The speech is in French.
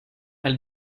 elle